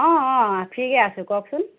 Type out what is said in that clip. অঁ অঁ ঠিকে আছে কওকচোন